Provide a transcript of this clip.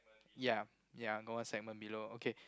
ya ya got one segment below okay